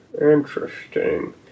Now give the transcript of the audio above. Interesting